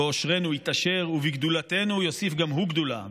בעושרנו יתעשר ובגדולתנו יוסיף גם הוא גדולה,